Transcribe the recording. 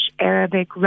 Arabic